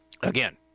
again